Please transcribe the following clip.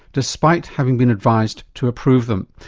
despite having been advised to approve them.